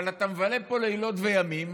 אבל אתה מבלה פה לילות וימים